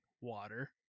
water